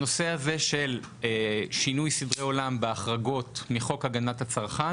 הנושא הזה של שינוי סדרי עולם בהחרגות מחוק הגנת הצרכן,